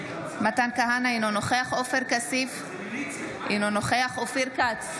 אינו נוכח עופר כסיף, אינו נוכח אופיר כץ,